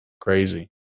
crazy